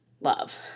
love